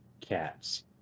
cats